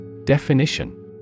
Definition